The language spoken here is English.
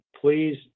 please